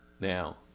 Now